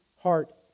heart